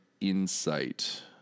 insight